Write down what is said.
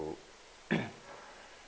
to